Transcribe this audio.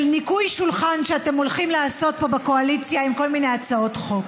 של ניקוי שולחן שאתם הולכים לעשות פה בקואליציה עם כל מיני הצעות חוק.